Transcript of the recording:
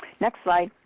next slide.